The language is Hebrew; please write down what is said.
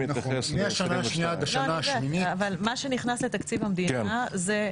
מה שנכנס לתקציב המדינה זה?